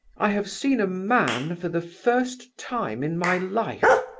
i have seen a man for the first time in my life.